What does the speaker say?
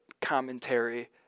commentary